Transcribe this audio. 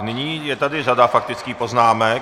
Nyní je tady řada faktických poznámek.